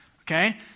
okay